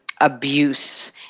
abuse